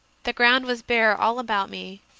the ground was bare all about me,